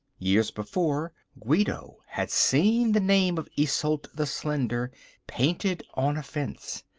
years before, guido had seen the name of isolde the slender painted on a fence.